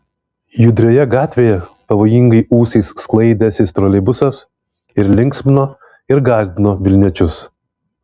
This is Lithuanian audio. judrioje gatvėje pavojingai ūsais sklaidęsis troleibusas ir linksmino ir gąsdino vilniečius